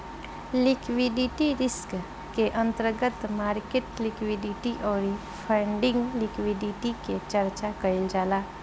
liquidity risk के अंतर्गत market liquidity अउरी फंडिंग लिक्विडिटी के चर्चा कईल जाला